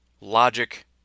logic